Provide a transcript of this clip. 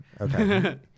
Okay